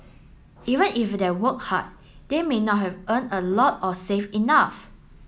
even if they worked hard they may not have earned a lot or saved enough